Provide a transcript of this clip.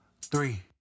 three